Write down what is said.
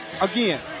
again